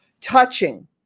touching